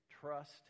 trust